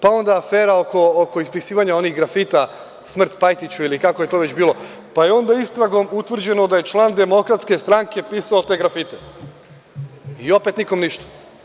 Pa, onda afera oko ispisivanja onih grafita „smrt Pajtiću“ ili kako je to već bilo, pa je onda istragom utvrđeno da je član DS pisao te grafite, i opet nikom ništa.